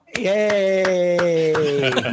Yay